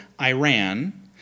Iran